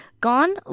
gone